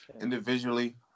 individually